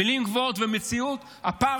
מילים גבוהות ומציאות, הפער